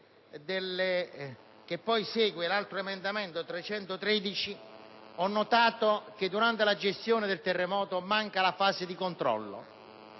poi all'emendamento 1.313, ho notato che durante la gestione del terremoto manca la fase di controllo,